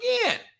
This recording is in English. again